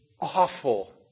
awful